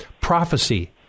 prophecy